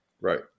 Right